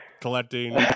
collecting